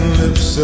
lips